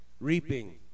reaping